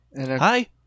Hi